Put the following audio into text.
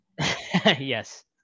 yes